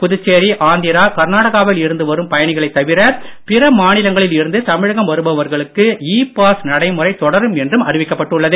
புதுச்சேரி ஆந்திரா கர்நாடகாவில் இருந்து வரும் பயணிகளை தவிர பிற மாநிலங்களில் இருந்து தமிழகம் வருபவர்களுக்கு இ பதிவு நடைமுறை தொடரும் என்றும் அறிவிக்கப்பட்டுள்ளது